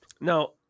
Now